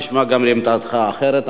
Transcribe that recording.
נשמעה גם עמדתך האחרת.